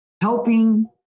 helping